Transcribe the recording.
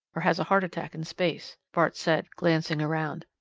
or has a heart attack in space, bart said, glancing around.